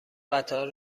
قطار